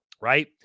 right